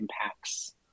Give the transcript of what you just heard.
impacts